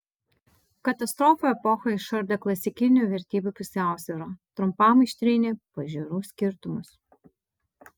katastrofų epocha išardė klasikinių vertybių pusiausvyrą trumpam ištrynė pažiūrų skirtumus